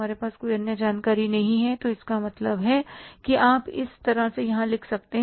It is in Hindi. हमारे पास कोई अन्य जानकारी नहीं है तो इसका मतलब है कि आप इस तरह से यहां लिख सकते हैं